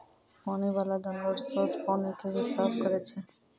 पानी बाला जानवर सोस पानी के भी साफ करै छै